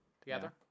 Together